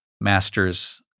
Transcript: masters